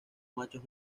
machos